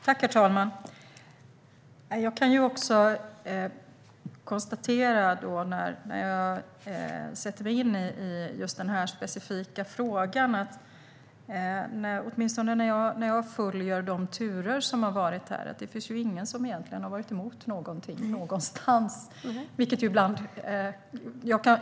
Herr talman! När jag sätter mig in i den här specifika frågan och följer de turer som har varit kan jag konstatera att det inte finns någon som egentligen har varit emot någonting någonstans.